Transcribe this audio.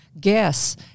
guess